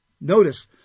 notice